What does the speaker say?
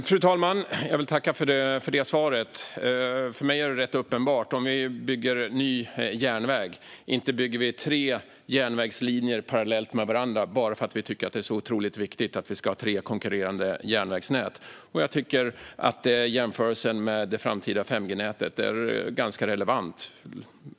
Fru talman! Jag vill tacka för det svaret. För mig är det rätt uppenbart: Om vi bygger ny järnväg bygger vi inte tre järnvägslinjer parallellt med varandra bara för att vi tycker att det är så otroligt viktigt att ha tre konkurrerande järnvägsnät. Jag tycker att jämförelsen med det framtida 5G-nätet är ganska relevant.